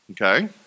Okay